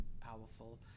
powerful